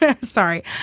sorry